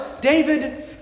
David